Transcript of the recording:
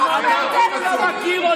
"רוממות אל בגרונם וחרב פיפיות